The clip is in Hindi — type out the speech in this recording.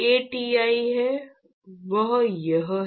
A Ti है वह यह है